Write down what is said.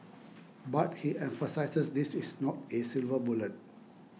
but he emphasises this is not a silver bullet